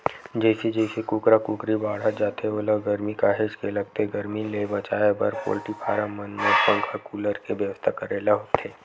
जइसे जइसे कुकरा कुकरी बाड़हत जाथे ओला गरमी काहेच के लगथे गरमी ले बचाए बर पोल्टी फारम मन म पंखा कूलर के बेवस्था करे ल होथे